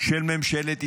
של ממשלת ישראל.